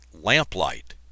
lamplight